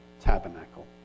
tabernacle